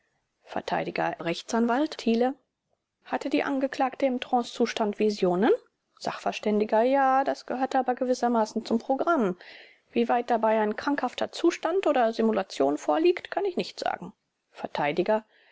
r a dr thiele hatte die angeklagte im trancezustand visionen sachv ja das gehörte aber gewissermaßen zum programm wieweit dabei ein krankhafter zustand oder simulation vorliegt kann ich nicht sagen